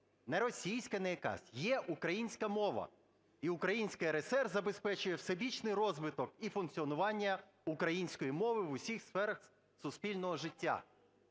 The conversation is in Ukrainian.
не російська, не якась. Є українська мова. І Українська РСР забезпечує всебічний розвиток і функціонування української мови в усіх сферах суспільного життя.